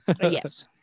Yes